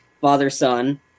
father-son